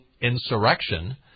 insurrection